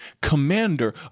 commander